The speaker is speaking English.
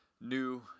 new